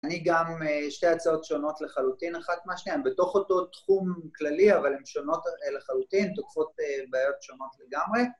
אני גם, שתי הצעות שונות לחלוטין אחת מהשנייה, הן בתוך אותו תחום כללי אבל הן שונות לחלוטין, תוקפות בעיות שונות לגמרי